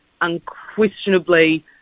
unquestionably